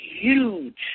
huge